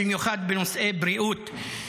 במיוחד בנושאי בריאות,